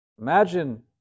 Imagine